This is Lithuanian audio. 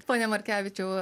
pone markevičiau